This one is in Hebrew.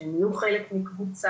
שהם יהיו חלק מקבוצה.